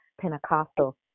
Pentecostal